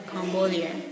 Cambodia